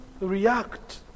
react